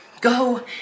Go